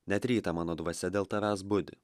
net rytą mano dvasia dėl tavęs budi